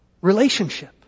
Relationship